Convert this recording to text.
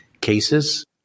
cases